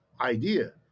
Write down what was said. idea